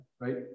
right